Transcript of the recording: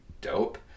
dope